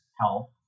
health